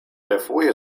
refoje